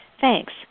Thanks